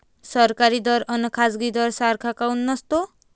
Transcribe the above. सरकारी दर अन खाजगी दर सारखा काऊन नसतो?